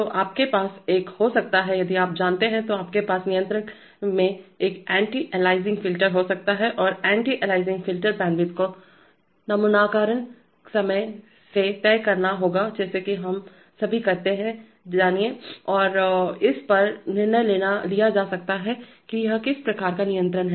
तो आपके पास एक हो सकता है यदि आप जानते हैं तो आपके पास नियंत्रक में एक एंटी अलियासिंग फ़िल्टर हो सकता है और एंटी अलियासिंग फ़िल्टर बैंडविड्थ को नमूनाकरण समय से तय करना होगा जैसा कि हम सभी करते हैं जानिए और इस पर निर्णय लिया जा सकता है कि यह किस प्रकार का नियंत्रण है